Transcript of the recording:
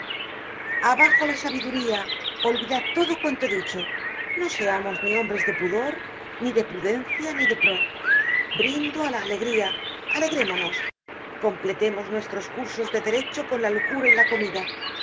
abajo la sabiduría olvidad todo cuanto he dicho no seamos ni hombres de pudor ni de prudencia ni de pro brindo á la alegría alegrémonos completemos nuestros cursos de derecho con la locura y la comida indigestion y